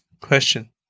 question